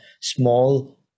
small